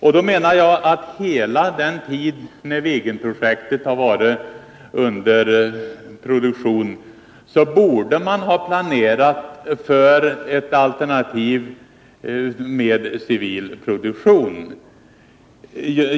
Jag anser att man under hela den tid då Viggenprojektet varit under arbete borde ha planerat för ett alternativ med civil produktion.